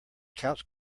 couch